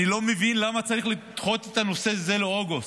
אני לא מבין למה צריך לדחות את הנושא הזה לאוגוסט?